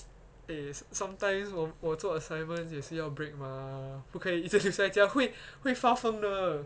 eh sometimes 我我做 assignments 也是要 break mah 不可以一直六在家会会发疯的